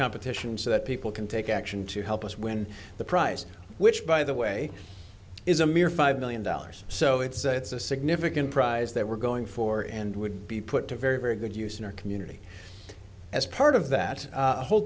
competition so that people can take action to help us win the prize which by the way is a mere five million dollars so it's a it's a significant prize that we're going for and would be put to very very good use in our community as part of that whole